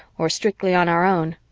or strictly on our own.